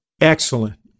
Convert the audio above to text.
Excellent